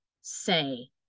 say